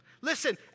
Listen